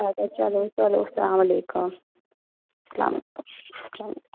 اَدٕ حظ چلو چلو اسلام علیکُم اسلام علیکُم